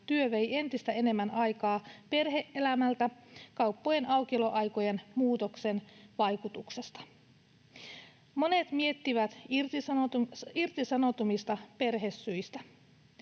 työ vei entistä enemmän aikaa perhe-elämältä kauppojen aukioloaikojen muutoksen vaikutuksesta. Monet miettivät irtisanoutumista perhesyistä.